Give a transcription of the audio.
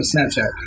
Snapchat